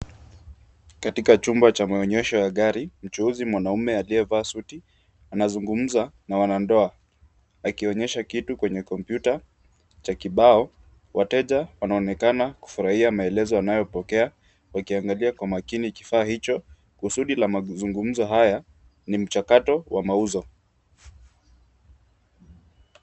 Katika chumba cha maonyesho ya gari, mchuuzi mwanaume aliyevaa suti anazungumza na wanandoa akionyesha kitu kwenye kompyuta cha kibao. Wateja wanaonekana kufurahia maelezo wanayopokea wakiangalia kwa makini kifaa hicho. Kusudi la mazungumzo haya, ni mchakato wa mauzo.